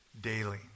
daily